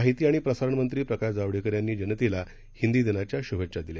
माहिती आणि प्रसारणमंत्री प्रकाश जावडेकर यांनी जनतेला हिंदी दिनाच्या श्भेच्छा दिल्या